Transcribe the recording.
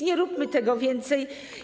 Nie róbmy tego więcej.